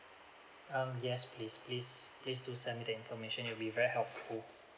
um yes please please please do send me the information it'll be very helpful